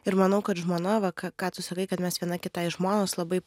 ir manau kad žmona va ką ką tu sakai kad mes viena kitai žmonos labai